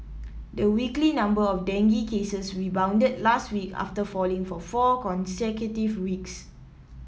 the weekly number of dengue cases rebounded last week after falling for four consecutive weeks